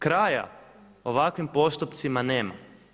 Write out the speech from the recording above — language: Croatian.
Kraja ovakvim postupcima nema.